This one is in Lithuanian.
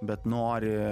bet nori